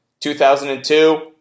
2002